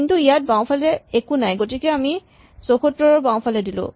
কিন্তু ইয়াত বাওঁফালে একো নাই গতিকে আমি ইয়াক ৭৪ ৰ বাওঁফালে দিলো